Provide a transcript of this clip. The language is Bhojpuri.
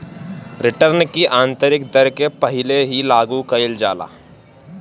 रिटर्न की आतंरिक दर के पहिले ही लागू कईल जाला